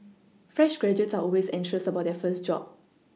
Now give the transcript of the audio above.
fresh graduates are always anxious about their first job